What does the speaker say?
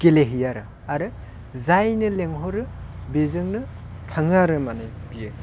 गेलेहैयो आरो आरो जायनो लिंहरो बेजोंनो थाङो आरो माने बियो